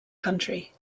country